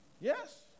Yes